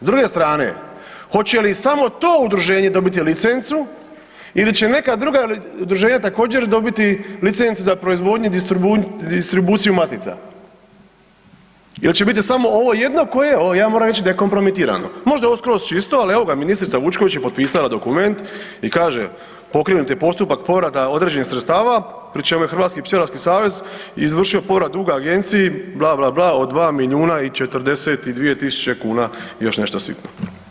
S druge strane, hoće li samo to udruženje dobiti licencu ili će neka druga udruženje također, dobiti licencu za proizvodnju, distribuciju matica ili će biti samo ovo jedno koje, ja moram reći da je kompromitirano, možda je ovo skroz čisto, ali evo ga, ministrica Vučković je potpisala dokument i kaže, pokrenut je postupak povrata određenih sredstava pri čemu je HPS izvršio povrat duga agenciji, bla, bla, bla od 2 milijuna i 42 tisuće kuna i još nešto sitno.